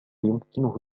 يمكنه